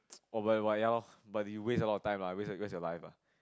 oh but ya ya loh but you waste a lot of time lah waste your waste your life lah